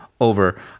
over